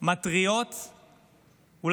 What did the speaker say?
מתריעות אקטיבית,